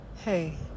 Hey